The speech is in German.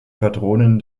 patronin